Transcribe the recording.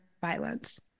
violence